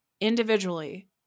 individually